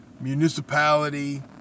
municipality